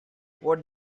what